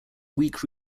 weak